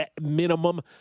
minimum